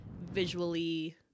visually